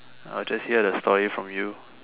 I'll just hear the story from you